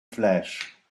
flash